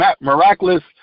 miraculous